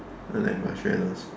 I like marshmallows